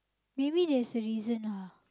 maybe there's a reason lah